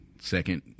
second